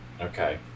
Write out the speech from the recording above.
Okay